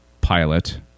pilot